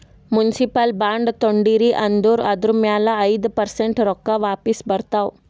municipal bond ತೊಂಡಿರಿ ಅಂದುರ್ ಅದುರ್ ಮ್ಯಾಲ ಐಯ್ದ ಪರ್ಸೆಂಟ್ ರೊಕ್ಕಾ ವಾಪಿಸ್ ಬರ್ತಾವ್